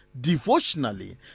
devotionally